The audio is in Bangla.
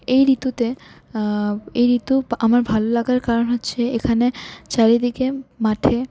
এই ঋতুতে এই ঋতু আমার ভালো লাগার কারণ হচ্ছে এখানে চারিদিকে মাঠে